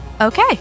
Okay